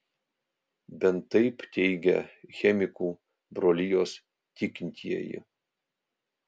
bent taip teigia chemikų brolijos tikintieji